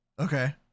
okay